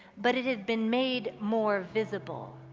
but it had been made more visible,